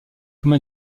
comme